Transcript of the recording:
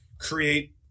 create